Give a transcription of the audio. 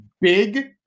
big